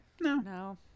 No